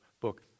Book